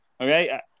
Okay